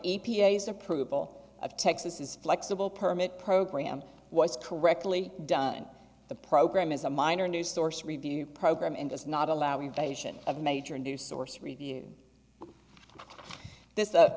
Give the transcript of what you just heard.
s approval of texas is flexible permit program was correctly done the program is a minor new source review program and does not allow invasion of major new source review this